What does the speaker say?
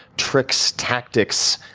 tricks, tactics,